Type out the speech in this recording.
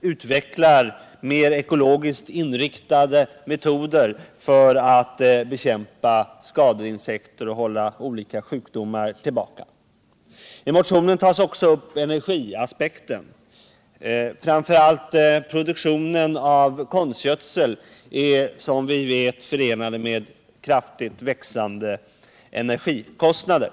utveckla mer ekologiskt inriktade metoder för att bekämpa skadeinsekter och hålla olika sjukdomar tillbaka. I motionen tas också upp energiaspekten. Framför allt produktionen av konstgödsel är som vi vet förenad med kraftigt ökande energikostnader.